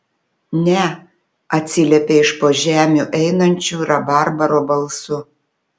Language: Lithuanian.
ne atsiliepė iš po žemių einančiu rabarbaro balsu